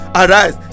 arise